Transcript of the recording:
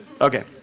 Okay